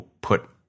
put